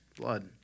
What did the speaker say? blood